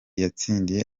yatsindiye